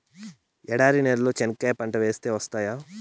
ఎడారి నేలలో చెనక్కాయ పంట వేస్తే వస్తాయా?